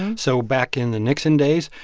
and so back in the nixon days,